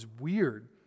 weird